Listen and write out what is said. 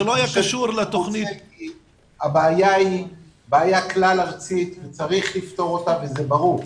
קשור לתוכניתץ הבעיה היא בעיה כלל ארצית שצריך לפתור אותה וזה ברור.